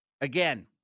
again